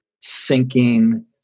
sinking